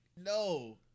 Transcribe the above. no